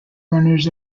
runners